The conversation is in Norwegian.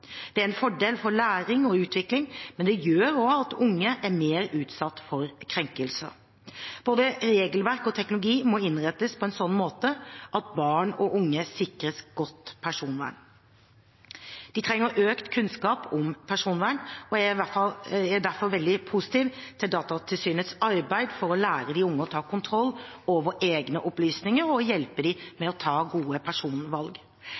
Det er en fordel for læring og utvikling, men det gjør også at unge er mer utsatt for krenkelser. Både regelverk og teknologi må innrettes på en sånn måte at barn og unge sikres godt personvern. De trenger økt kunnskap om personvern. Jeg er derfor veldig positiv til Datatilsynets arbeid for å lære de unge å ta kontroll over egne opplysninger og hjelpe